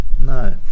No